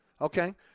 okay